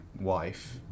wife